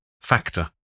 Factor